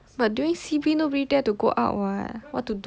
but during C_B nobody dare to go out [what]